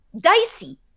dicey